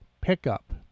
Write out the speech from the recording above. pickup